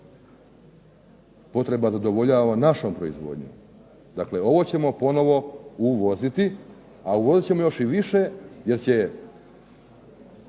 potreba zadovoljava našom proizvodnjom, dakle ovo ćemo ponovo uvoziti, a uvozit ćemo još i više jer će